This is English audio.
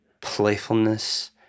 playfulness